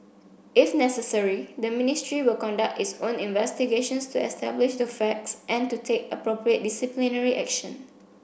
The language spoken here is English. if necessary the Ministry will conduct its own investigations to establish the facts and to take appropriate disciplinary action